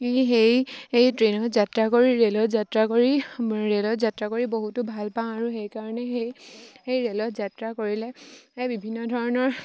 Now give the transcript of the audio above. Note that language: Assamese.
সেই সেই ট্ৰেইনত যাত্ৰা কৰি ৰে'লত যাত্ৰা কৰি ৰে'লত যাত্ৰা কৰি বহুতো ভাল পাওঁ আৰু সেইকাৰণে সেই সেই ৰে'লত যাত্ৰা কৰিলে বিভিন্ন ধৰণৰ